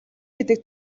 гэдэг